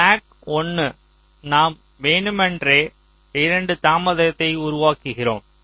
clock 1 நாம் வேண்டுமென்றே 2 தாமதத்தை உருவாக்குகிறோம்